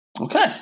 Okay